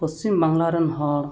ᱯᱚᱥᱪᱤᱢ ᱵᱟᱝᱞᱟ ᱨᱮᱱ ᱦᱚᱲ